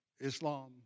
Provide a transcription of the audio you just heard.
Islam